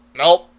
nope